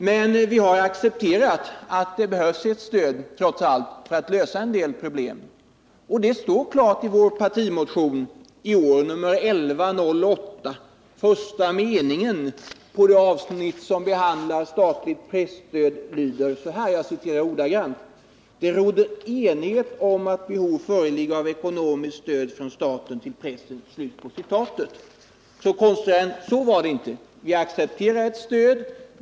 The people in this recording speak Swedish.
Men vi har accepterat att det trots allt behövs ett stöd för att lösa en del problem, och det står klart utsagt i vårt partimotion i år, nr 1108. Första meningen i det avsnitt som behandlar statligt presstöd lyder sålunda: ”Det råder enighet om att behov föreligger av ekonomiskt stöd från staten till pressen.” Konstigare än så är det inte! Vi accepterar ett stöd.